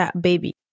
baby